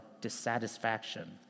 dissatisfaction